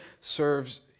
serves